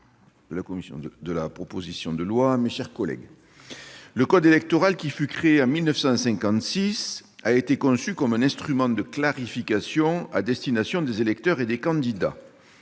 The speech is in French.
le ministre, mes chers collègues, le code électoral, qui fut créé en 1956, a été conçu comme un instrument de clarification à destination des électeurs et des candidats.